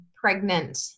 pregnant